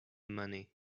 money